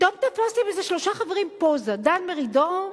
פתאום תפסתם איזה שלושה חברים פוזה, דן מרידור,